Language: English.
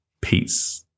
Peace